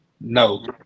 No